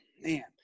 Man